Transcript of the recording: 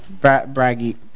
Braggy